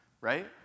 right